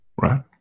Right